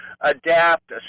adapt